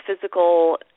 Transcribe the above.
physical